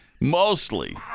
mostly